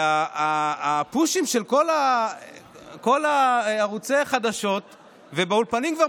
הפושים של כל ערוצי החדשות והאולפנים כבר